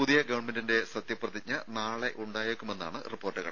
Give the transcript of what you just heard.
പുതിയ ഗവൺമെന്റിന്റെ സത്യപ്രതിജ്ഞ നാളെ ഉണ്ടായേക്കുമെന്നാണ് റിപ്പോർട്ട്